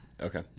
Okay